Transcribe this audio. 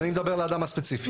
אז אני מדבר על האדם הספציפי.